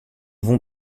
vont